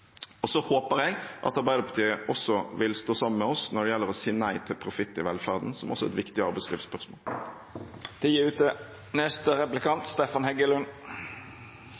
krone. Så håper jeg at Arbeiderpartiet også vil stå sammen med oss når det gjelder å si nei til profitt i velferden, som også er et viktig arbeidslivsspørsmål. La meg først få lov til